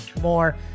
more